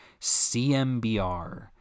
CMBR